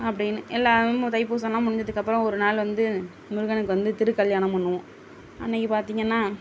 அப்படின்னு எல்லாமும் தைபூசமெல்லாம் முடிஞ்சதுக்கு அப்புறம் ஒரு நாள் வந்து முருகனுக்கு வந்து திருக்கல்யாணம் பண்ணுவோம் அன்றைக்கு பார்த்திங்கன்னா